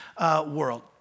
world